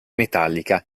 metallica